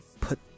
put